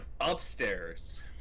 upstairs